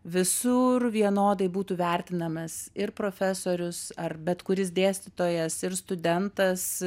visur vienodai būtų vertinamas ir profesorius ar bet kuris dėstytojas ir studentas